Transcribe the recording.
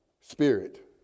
spirit